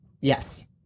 Yes